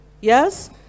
yes